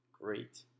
great